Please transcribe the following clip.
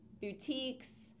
boutiques